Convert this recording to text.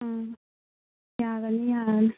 ꯎꯝ ꯌꯥꯒꯅꯤ ꯌꯥꯒꯅꯤ